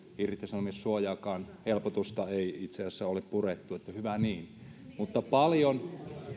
irtisanomissuojankaan helpotusta ei itse asiassa ole purettu eli hyvä niin mutta paljon